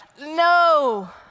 No